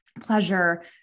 pleasure